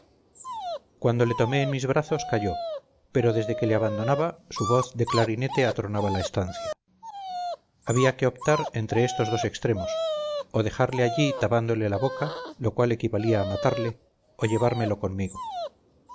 cuando le tomé en mis brazos calló pero desde que le abandonaba su voz de clarinete atronaba la estancia había que optar entre estos dos extremos o dejarle allí tapándole la boca lo cual equivalía a matarle o llevármelo conmigo